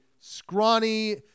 scrawny